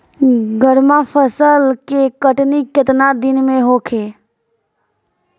गर्मा फसल के कटनी केतना दिन में होखे?